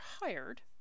hired